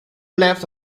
left